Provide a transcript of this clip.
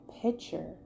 picture